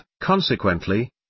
consequently